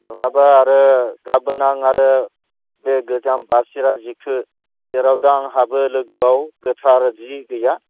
नङाबा आरो गाबोन आं आरो बे गोजाम बासिरा जिखो जेराव दा आंहाबो लोगोआव गोथार जि गैया